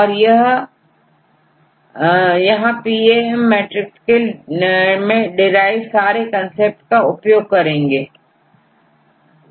तो हम यहांPAM मैट्रिक्स के लिएderive सारे कंसेप्ट का उपयोग करेंगे